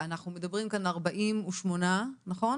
אנחנו מדברים כאן על 48 מסגרות